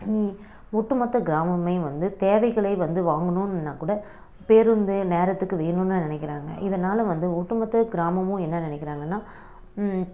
ஒட்டு மொத்த கிராமமே வந்து தேவைகளை வந்து வாங்கணும்னால் கூட பேருந்து நேரத்துக்கு வேணும்னு நினைக்கிறாங்க இதனால் வந்து ஒட்டு மொத்த கிராமமும் என்ன நினைக்கிறாங்கன்னா